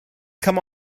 come